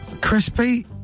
Crispy